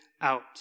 out